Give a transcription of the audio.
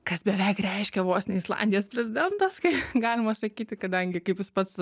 kas beveik reiškia vos ne islandijos prezidentas kaip galima sakyti kadangi kaip jis pats